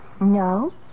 No